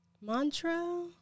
Mantra